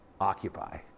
occupy